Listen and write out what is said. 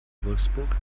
wolfsburg